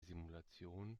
simulation